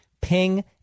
Ping